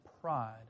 pride